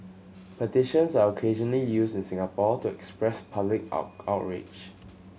petitions are occasionally used in Singapore to express public outrage